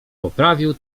poprawił